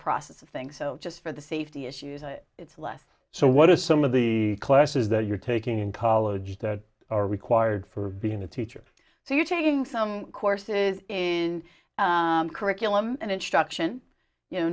process of things so just for the safety issues it's less so what are some of the classes that you're taking in college that are required for being a teacher so you're taking some courses in curriculum and instruction you know